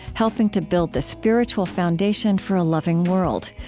helping to build the spiritual foundation for a loving world.